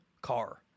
car